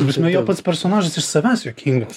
ta prasme jo pats personažas iš savęs juokingas